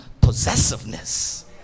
possessiveness